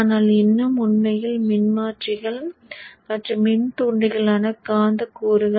ஆனால் இன்னும் உண்மையில் மின்மாற்றிகள் மற்றும் மின்தூண்டிகளான காந்தக் கூறுகள்